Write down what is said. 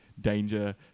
danger